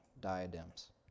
diadems